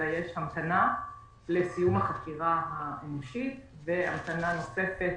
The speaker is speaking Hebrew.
אלא יש המתנה לסיום החקירה האנושית והמתנה נוספת